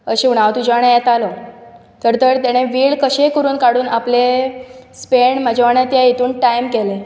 अशें म्हूण हांव तुज्या वांगडा येतलों तर ताणें वेळ कशेय करून काडून आपले स्पँड म्हजे वांगडा ते इतून टायम केलें